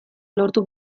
lortu